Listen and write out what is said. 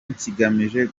kigamije